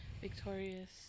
victorious